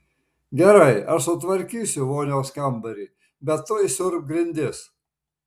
gerai aš sutvarkysiu vonios kambarį bet tu išsiurbk grindis